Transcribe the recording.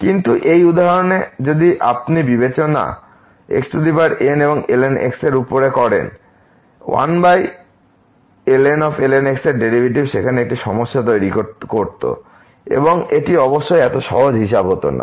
কিন্তু একই উদাহরণে যদি আপনিবিবেচনা xn এবং ln x এর উপরে করেন 1ln x এর ডেরিভেটিভ সেখানে একটি সমস্যা তৈরি করত এবং এটি অবশ্যই এত সহজ হিসাব হতো না